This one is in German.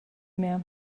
mehr